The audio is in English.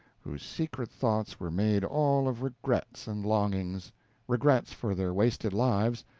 whose secret thoughts were made all of regrets and longings regrets for their wasted lives,